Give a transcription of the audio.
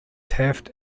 taft